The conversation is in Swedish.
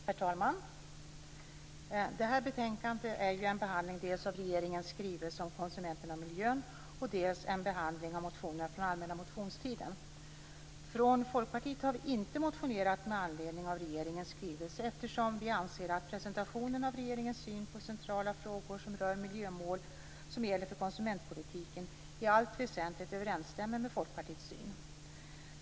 Herr talman! Det här betänkandet innebär en behandling av dels regeringens skrivelse om konsumenterna och miljön, dels motioner från allmänna motionstiden. Från Folkpartiet har vi inte motionerat med anledning av regeringens skrivelse eftersom vi anser att regeringens syn på centrala frågor som rör miljömål som gäller för konsumentpolitik i allt väsentligt överensstämmer med Folkpartiets syn.